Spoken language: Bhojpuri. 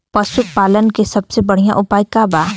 पशु पालन के सबसे बढ़ियां उपाय का बा?